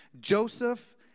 Joseph